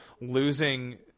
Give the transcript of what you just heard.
losing